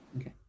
Okay